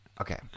Okay